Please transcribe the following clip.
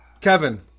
Kevin